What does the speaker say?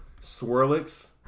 Swirlix